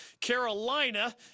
Carolina